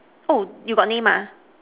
oh you got name mah